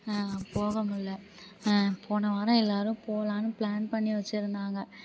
போக முடியல போன வாரம் எல்லோரும் போகலான்னு ப்ளான் பண்ணி வச்சிருந்தாங்க